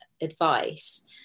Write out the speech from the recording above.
advice